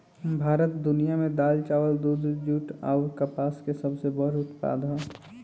भारत दुनिया में दाल चावल दूध जूट आउर कपास के सबसे बड़ उत्पादक ह